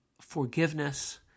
forgiveness